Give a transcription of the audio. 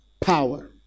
power